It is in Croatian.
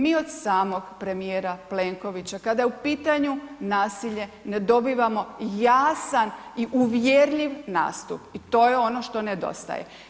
Mi od samog premijera Plenkovića kada je u pitanju nasilje ne dobivamo jasan i uvjerljiv nastup i to je ono što nedostaje.